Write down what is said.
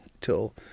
till